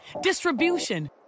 distribution